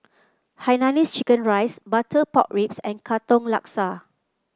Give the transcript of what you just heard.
Hainanese Chicken Rice Butter Pork Ribs and Katong Laksa